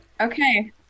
Okay